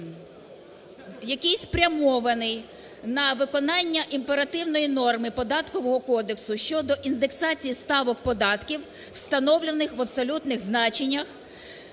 який спрямований на виконання імперативної норми Податкового кодексу щодо індексації ставок податків, встановлених в абсолютних значеннях,